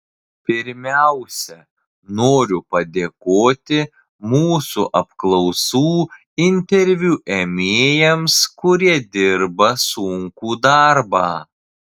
pirmiausia noriu padėkoti mūsų apklausų interviu ėmėjams kurie dirba sunkų darbą